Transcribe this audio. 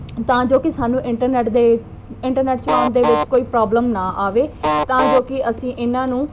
ਤਾਂ ਜੋ ਕਿ ਸਾਨੂੰ ਇੰਟਰਨੈਟ ਦੇ ਇੰਟਰਨੈਟ ਚਲਾਉਣ ਦੇ ਵਿੱਚ ਕੋਈ ਪ੍ਰੋਬਲਮ ਨਾ ਆਵੇ ਤਾਂ ਜੋ ਕਿ ਅਸੀਂ ਇਹਨਾਂ ਨੂੰ